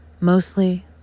Mostly